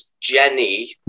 Jenny